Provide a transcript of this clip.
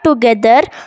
together